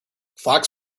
flax